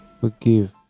Forgive